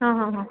ಹಾಂ ಹಾಂ ಹಾಂ